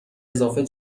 اضافه